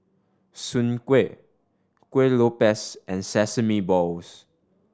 Soon Kueh Kuih Lopes and sesame balls